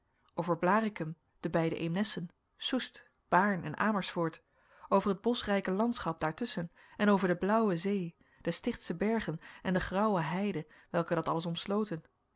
over blaricum de beide eemnessen soest baarn en amersfoort over het boschrijke landschap daar tusschen en over de blauwe zee de stichtsche bergen en de grauwe heide welke dat alles omsloten